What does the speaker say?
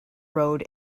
road